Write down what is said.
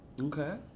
Okay